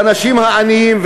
האנשים העניים,